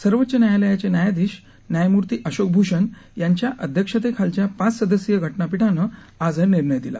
सर्वोच्च न्यायालयाचे न्यायाधीश न्यायमूर्ती अशोक भूषण यांच्या अध्यक्षतेखालच्या पाच सदस्यीय घटनापीठानं आज हा निर्णय़ दिला